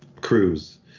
cruise